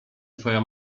twoja